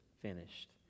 finished